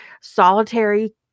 solitary